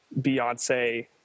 Beyonce